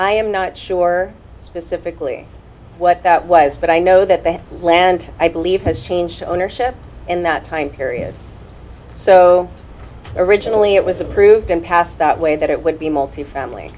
i am not sure specifically what that was but i know that the land i believe has changed ownership in that time period so originally it was approved and passed that way that it would be multi family